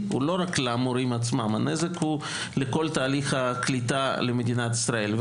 אינו רק למורים עצמם אלא לכל תהליך הקליטה למדינת ישראל.